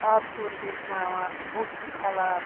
آب پھوٚر چھِ وٕشناوان بُتھ چھِ چھَلان